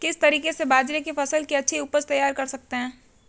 किस तरीके से बाजरे की फसल की अच्छी उपज तैयार कर सकते हैं?